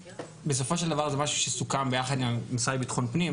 בסופו של דבר זה משהו שסוכם יחד עם המשרד לביטחון פנים,